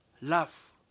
love